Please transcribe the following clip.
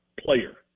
player